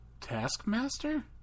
Taskmaster